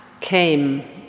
came